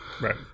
Right